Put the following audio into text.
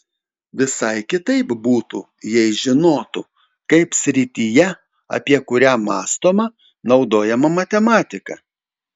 visai kitaip būtų jei žinotų kaip srityje apie kurią mąstoma naudojama matematika